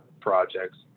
projects